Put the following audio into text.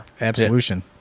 absolution